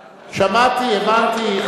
שמעתי, הבנתי.